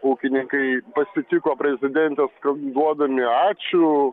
ūkininkai pasitiko prezidentę skanduodami ačiū